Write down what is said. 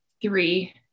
Three